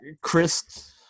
Chris